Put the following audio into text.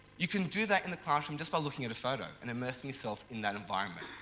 you can do that in the classroom just by looking at a photo and immersing yourself in that environment.